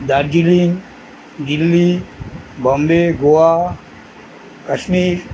Darjeeling Delhi Bombay Goa Kashmir